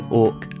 orc